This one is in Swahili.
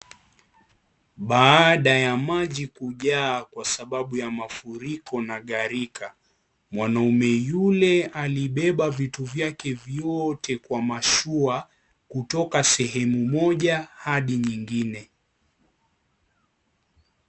Baada ya maji kujaa kwasababu ya mafuriko na gharika, mwanaume yule alibeba vitu vyake vyote kwa mashua kutoka sehemu Moja hadi nyingine.